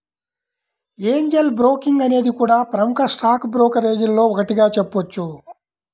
Angel Broking అనేది కూడా ప్రముఖ స్టాక్ బ్రోకరేజీల్లో ఒకటిగా చెప్పొచ్చు